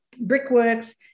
brickworks